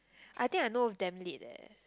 I think I know of damn late eh